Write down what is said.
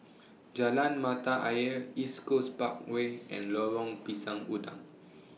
Jalan Mata Ayer East Coast Parkway and Lorong Pisang Udang